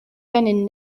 brennen